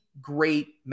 great